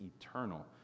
eternal